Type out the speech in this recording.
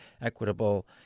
equitable